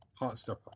Heartstopper